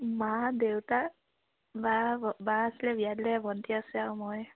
মা দেউতা বা বা আছিলে বিয়া দিলে ভণ্টি আছে আৰু মই